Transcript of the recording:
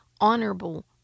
honorable